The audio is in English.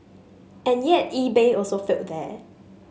and yet eBay also failed there